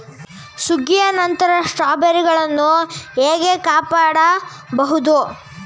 ಸುಗ್ಗಿಯ ನಂತರ ಸ್ಟ್ರಾಬೆರಿಗಳನ್ನು ಹೇಗೆ ಕಾಪಾಡ ಬಹುದು?